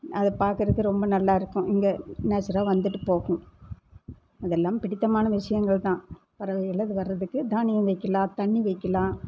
அதை பார்க்குறதுக்கு ரொம்ப நல்லாருக்கும் இங்கே நேச்சராக வந்துட்டு போகும் அதெல்லாம் பிடித்தமான விஷயங்கள் தான் பறவைகளெல்லாம் இது வர்றதுக்கு தானியம் வைக்கலாம் தண்ணி வைக்கலாம்